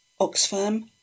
Oxfam